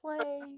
play